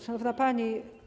Szanowna Pani!